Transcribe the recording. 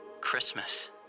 Christmas